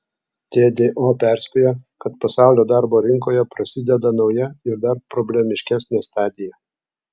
tdo perspėja kad pasaulio darbo rinkoje prasideda nauja ir dar problemiškesnė stadija